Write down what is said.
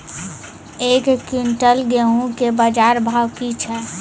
एक क्विंटल गेहूँ के बाजार भाव की छ?